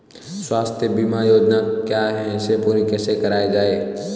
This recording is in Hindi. स्वास्थ्य बीमा योजना क्या है इसे पूरी कैसे कराया जाए?